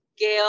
gail